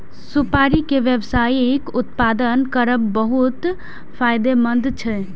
सुपारी के व्यावसायिक उत्पादन करब बहुत फायदेमंद छै